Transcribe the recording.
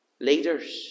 Leaders